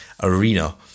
arena